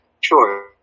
Sure